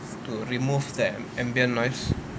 to remove that ambient noise